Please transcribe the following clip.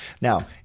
Now